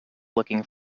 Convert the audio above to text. looking